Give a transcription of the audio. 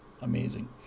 amazing